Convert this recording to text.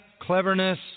cleverness